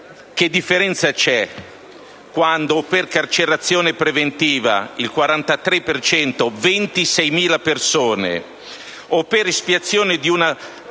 che differenza c'è quando, per carcerazione preventiva (il 43 per cento, 26.000 persone) o per espiazione di una